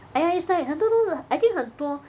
!aiya! it's like 很多都是 I think 很多